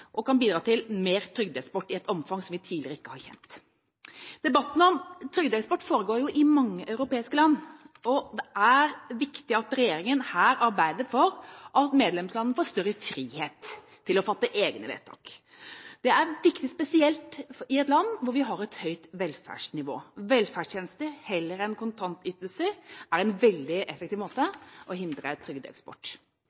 bidra til mer trygdeeksport, i et omfang som vi tidligere ikke har kjent. Debatten om trygdeeksport foregår i mange europeiske land. Det er viktig at regjeringa arbeider for at medlemslandene får større frihet til å fatte egne vedtak. Det er viktig, spesielt i et land hvor vi har et høyt velferdsnivå. Velferdstjenester, heller enn kontantytelser, er en veldig effektiv